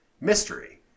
mystery